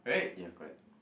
ya correct